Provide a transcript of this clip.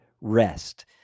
rest